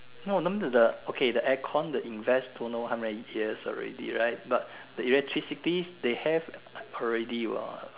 no no need to the okay the aircon the invest don't know how many years already right but the electricity they have already what